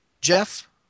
Jeff